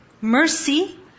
Mercy